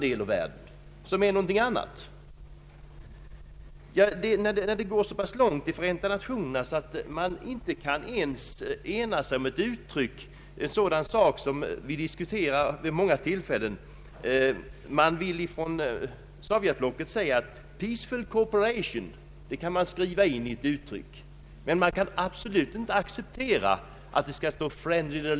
Det har gått så långt att man inte ens inom Förenta nationerna har kunnat ena sig om ett uttryck, som vi vid många tillfällen diskuterat där. Sovjetblocket anser att uttrycket ”peaceful cooperation” kan skrivas in, men man vill absolut inte acceptera uttrycket ”friendly relations”.